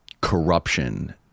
corruption